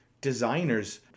designers